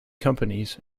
companies